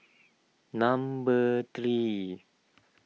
number three